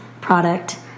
product